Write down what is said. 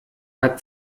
hat